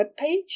webpage